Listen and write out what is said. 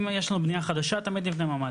אם יש לנו בנייה חדשה, תמיד נבנה ממ"ד.